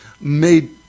made